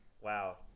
Wow